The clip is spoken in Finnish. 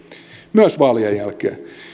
myös vaalien jälkeen